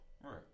Right